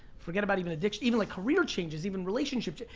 forget about even addiction, even like career changes, even relationship,